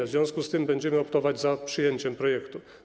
W związku z tym będziemy optować za przyjęciem projektu.